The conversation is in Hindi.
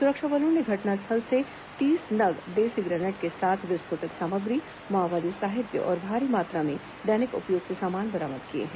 सुरक्षा बलों ने घटनास्थल से तीस नग देशी ग्रेनेड के साथ विस्फोटक सामग्री माओवादी साहित्य और भारी मात्रा में दैनिक उपयोग के सामान बरामद किए हैं